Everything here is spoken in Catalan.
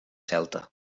celta